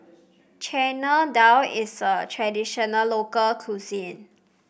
Chana Dal is a traditional local cuisine